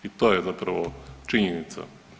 I to je zapravo činjenica.